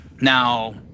Now